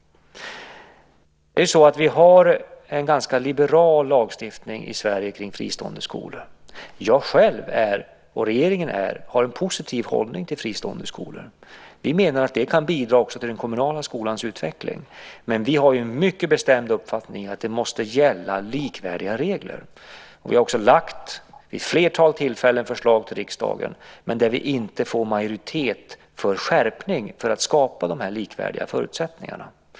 Vi har en ganska liberal lagstiftning i Sverige kring fristående skolor. Jag själv och regeringen har en positiv hållning till fristående skolor. Vi menar att de också kan bidra till den kommunala skolans utveckling. Men vi har den mycket bestämda uppfattningen att likvärdiga regler måste gälla. Vi har också vid ett flertal tillfällen lagt fram förslag till riksdagen, men vi får inte majoritet för en skärpning för att skapa de likvärdiga förutsättningarna.